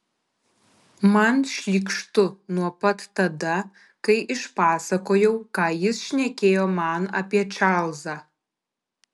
man šlykštu nuo pat tada kai išpasakojau ką jis šnekėjo man apie čarlzą